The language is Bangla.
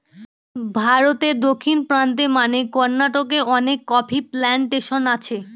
ভারতে দক্ষিণ প্রান্তে মানে কর্নাটকে অনেক কফি প্লানটেশন আছে